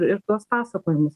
ir tuos pasakojimus